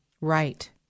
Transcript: Right